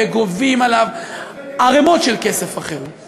וגובים עליו ערמות של כסף אחרי זה.